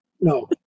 No